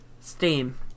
Steam